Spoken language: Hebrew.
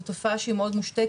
זו תופעה שהיא מאוד מושתקת,